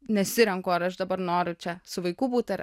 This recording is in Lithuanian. nesirenku ar aš dabar noriu čia su vaiku būt ar